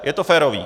Je to férové.